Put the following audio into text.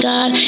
God